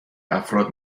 افراد